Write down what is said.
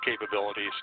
capabilities